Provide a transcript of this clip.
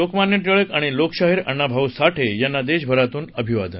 लोकमान्य टिळक आणि लोकशाहीर अण्णाभाऊ साठे यांना देशभरातून अभिवादन